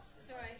sorry